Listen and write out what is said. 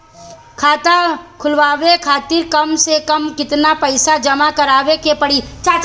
खाता खुलवाये खातिर कम से कम केतना पईसा जमा काराये के पड़ी?